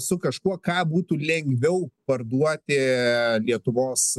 su kažkuo ką būtų lengviau parduoti lietuvos